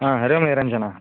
हा हरिः ओं निरञ्जन